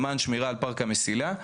למען שמירה על פארק המסילה,